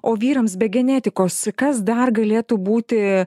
o vyrams be genetikos kas dar galėtų būti